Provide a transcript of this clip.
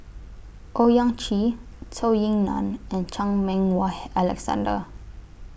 Owyang Chi Zhou Ying NAN and Chan Meng Wah Alexander